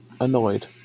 annoyed